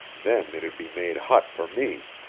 then it'd be made hot for me.